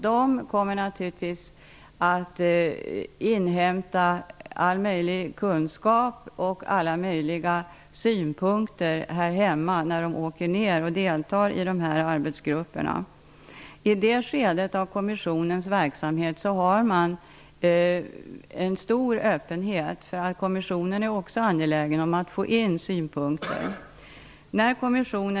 De kommer naturligtvis att inhämta all möjlig kunskap och alla möjliga synpunkter här hemma innan de åker i väg för att delta i arbetsgrupperna. I det skedet i kommissionens verksamhet råder det en stor öppenhet eftersom kommissionen också är angelägen om att få in synpunkter.